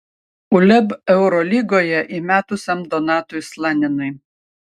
uleb eurolygoje įmetusiam donatui slaninai